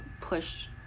push